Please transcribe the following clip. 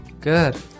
Good